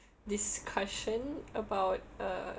discussion about uh